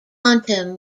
quantum